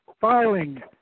filing